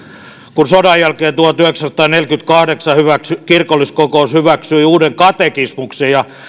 kun sodan jälkeen tuhatyhdeksänsataaneljäkymmentäkahdeksan kirkolliskokous hyväksyi uuden katekismuksen ja